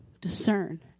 discern